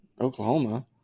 Oklahoma